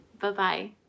Bye-bye